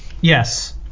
Yes